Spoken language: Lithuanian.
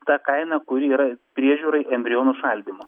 ta kaina kuri yra priežiūrai embrionų šaldymo